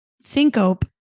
syncope